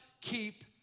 keep